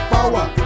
Power